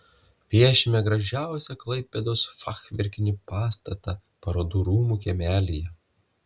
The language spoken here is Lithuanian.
piešime gražiausią klaipėdos fachverkinį pastatą parodų rūmų kiemelyje